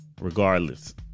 regardless